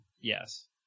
Yes